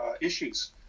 issues